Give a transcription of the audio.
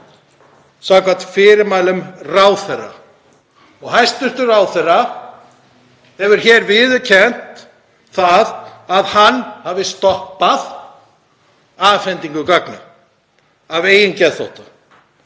samkvæmt fyrirmælum ráðherra og hæstv. ráðherra hefur viðurkennt það að hann hafi stoppað afhendingu gagna af eigin geðþótta.